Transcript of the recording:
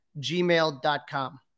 gmail.com